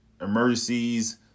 emergencies